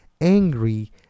angry